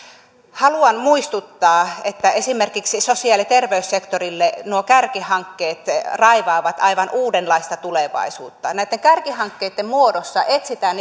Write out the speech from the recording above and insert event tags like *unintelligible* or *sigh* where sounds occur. haluan muistuttaa että esimerkiksi sosiaali ja terveyssektorille nuo kärkihankkeet raivaavat aivan uudenlaista tulevaisuutta näitten kärkihankkeitten muodossa etsitään *unintelligible*